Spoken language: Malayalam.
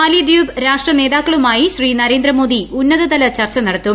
മാലിദ്വീപ് രാഷ്ട്ര നേതാക്കളുമായി ശ്രീ നരേന്ദ്രമോദി ഉന്നതതല ചർച്ച നടത്തും